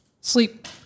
sleep